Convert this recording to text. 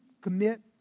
commit